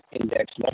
index